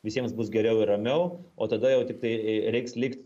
visiems bus geriau ir ramiau o tada jau tiktai reiks likt